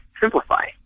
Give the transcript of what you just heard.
simplify